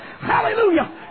Hallelujah